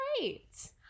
great